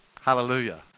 Hallelujah